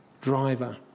driver